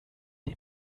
dem